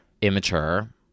immature